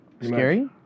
Scary